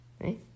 Right